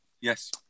Yes